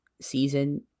season